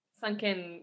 sunken